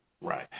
Right